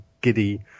giddy